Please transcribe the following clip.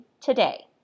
today